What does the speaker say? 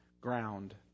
ground